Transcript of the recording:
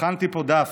הכנתי פה דף,